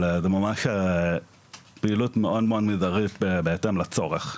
אבל זה ממש פעילות מאוד מאוד מזערית ביחס לצורך.